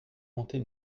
monter